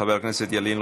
חבר הכנסת ילין,